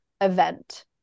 event